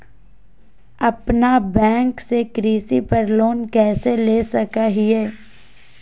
अपना बैंक से कृषि पर लोन कैसे ले सकअ हियई?